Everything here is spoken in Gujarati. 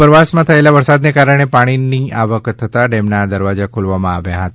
ઉપરવાસ માં થયેલા વરસાદ ને કારણે પાણીની આવક થતાં ડેમ ના દરવાજા ખોલવામા આવ્યા હતા